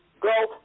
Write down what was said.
go